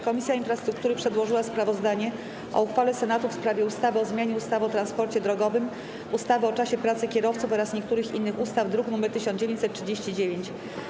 Komisja Infrastruktury przedłożyła sprawozdanie o uchwale Senatu w sprawie ustawy o zmianie ustawy o transporcie drogowym, ustawy o czasie pracy kierowców oraz niektórych innych ustaw, druk nr 1939.